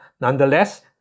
Nonetheless